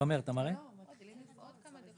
באפריל אתם מוציאים הזמנה או כבר מקבלים?